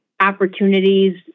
opportunities